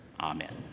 Amen